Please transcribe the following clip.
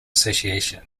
association